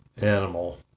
animal